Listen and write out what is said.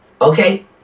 okay